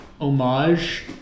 homage